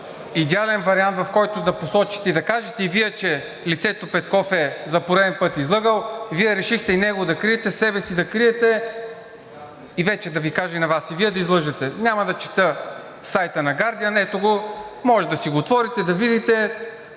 идеален вариант, в който да посочите и да кажете и Вие, че лицето Петков за пореден път е излъгал. Вие решихте и него да криете, себе си да криете и вече да Ви кажа и на Вас: и Вие да излъжете, няма да чета сайта на „Гардиън”, ето го (показва), може да си го отворите, да видите,